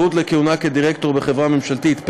כשירות לכהונה כדירקטור בחברה ממשלתית),